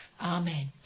Amen